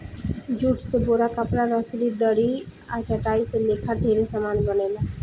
jute से बोरा, कपड़ा, रसरी, दरी आ चटाई लेखा ढेरे समान बनेला